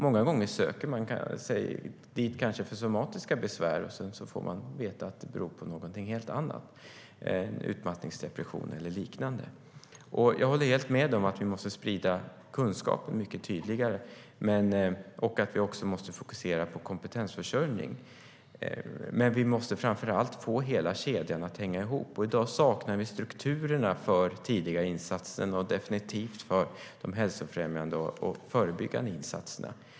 Många gånger kanske man söker sig dit för somatiska besvär och får veta att de beror på någonting helt annat - utmattningsdepression eller liknande. Jag håller helt med om att vi måste sprida kunskapen mycket tydligare och att vi också måste fokusera på kompetensförsörjning. Men vi måste framför allt få hela kedjan att hänga ihop. I dag saknar vi strukturerna för de tidiga insatserna och definitivt för de hälsofrämjande och förebyggande insatserna.